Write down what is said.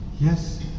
yes